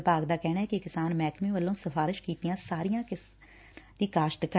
ਵਿਭਾਗ ਦਾ ਕਹਿਣੈ ਕਿ ਕਿਸਾਨ ਮਹਿਕਮੇ ਵੱਲੋ ਸਿਫਾਰਿਸ਼ ਕੀਤੀਆਂ ਸਾਰੀਆਂ ਕਿਸਾਨਾਂ ਦੀ ਕਾਸ਼ਤ ਕਰਨ